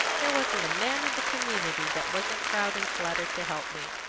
there wasn't a man in the community that wasn't proud and flattered to help me.